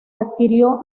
adquirió